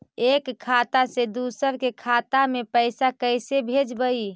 एक खाता से दुसर के खाता में पैसा कैसे भेजबइ?